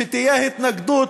שתהיה התנגדות,